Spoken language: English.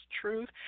truth